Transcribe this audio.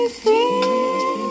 feel